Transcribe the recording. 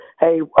Hey